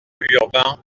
urbain